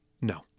no